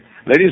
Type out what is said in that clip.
Ladies